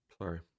Sorry